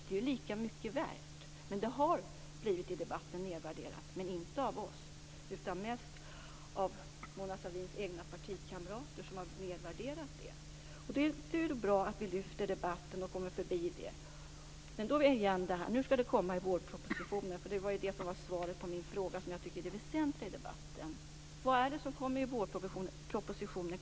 Det är ju lika mycket värt. Men detta arbete har blivit nedvärderat i debatten, men inte av oss utan mest av Mona Sahlins egna partikamrater. Det är bra att debatten nu lyfts. Men svaret på min fråga var att det skulle komma förslag i vårpropositionen. Vad är det som kommer i vårpropositionen?